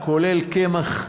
כולל קמח,